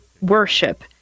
worship